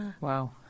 Wow